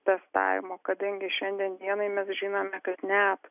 testavimo kadangi šiandien dienai mes žinome kad net